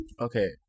okay